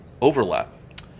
overlap